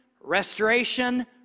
restoration